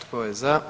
Tko je za?